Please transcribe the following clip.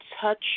touch